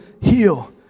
heal